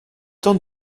temps